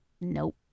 Nope